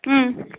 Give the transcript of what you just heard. ம்